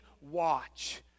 watch